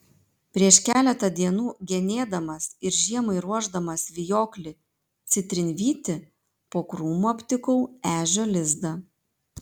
prieš keletą dienų genėdamas ir žiemai ruošdamas vijoklį citrinvytį po krūmu aptikau ežio lizdą